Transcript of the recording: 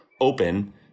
open